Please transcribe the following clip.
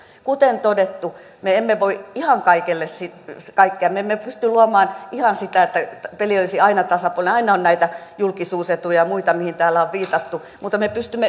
kuten todettu me emme voi ihan kaikille sitä kaikkemme me pysty luomaan ihan sitä että peli olisi aina tasapuolinen aina on näitä julkisuusetuja ja muita mihin täällä on viitattu mutta me pystymme yhdessä kehittämään mahdollisimman läpinäkyvän